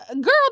Girl